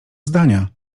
zdania